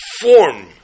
form